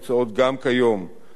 אצל רבים מאנשי השירות,